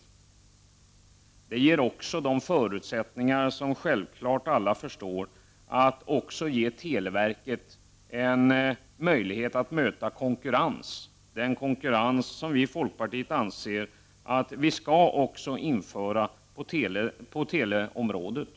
Som alla förstår, ger det också televerket förutsättningar att möta konkurrens, den konkurrens som vi i folkpartiet anser skall införas också på teleområdet.